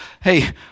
hey